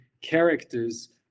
characters